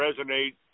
resonate